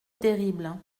terrible